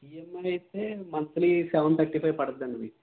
EMI అయితే monthly seven thirty five పడుతుంది మీకు